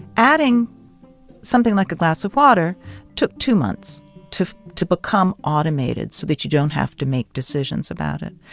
adding something like a glass of water took two months to to become automated so that you don't have to make decisions about it.